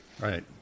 right